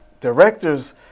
directors